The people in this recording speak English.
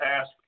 ask